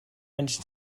and